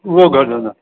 उहो घटि न